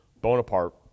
Bonaparte